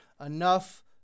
enough